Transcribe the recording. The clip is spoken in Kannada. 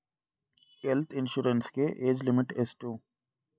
ಹೆಲ್ತ್ ಇನ್ಸೂರೆನ್ಸ್ ಗೆ ಏಜ್ ಲಿಮಿಟ್ ಎಷ್ಟು?